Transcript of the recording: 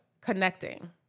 connecting